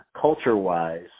culture-wise